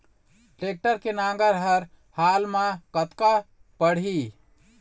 Tractor के नांगर हर हाल मा कतका पड़िही?